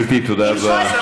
גברתי, תודה רבה.